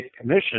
commission